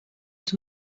els